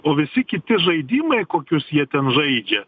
o visi kiti žaidimai kokius jie ten žaidžia